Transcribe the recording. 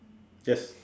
yes